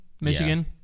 Michigan